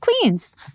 Queens